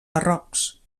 barrocs